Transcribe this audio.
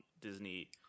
Disney